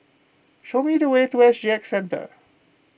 show me the way to S G X Centre